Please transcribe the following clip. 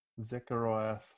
Zechariah